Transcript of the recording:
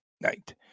night